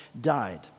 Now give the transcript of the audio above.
died